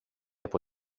από